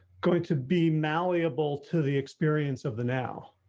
going to be malleable to the experience of the now.